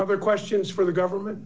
other questions for the government